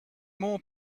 more